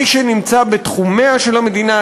מי שנמצא בתחומיה של המדינה,